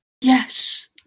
Yes